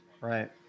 Right